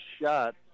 shot